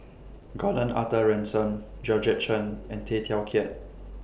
Gordon Arthur Ransome Georgette Chen and Tay Teow Kiat